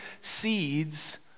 seeds